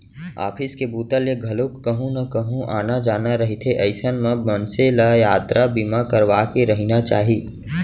office के बूता ले घलोक कहूँ न कहूँ आना जाना रहिथे अइसन म मनसे ल यातरा बीमा करवाके रहिना चाही